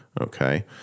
okay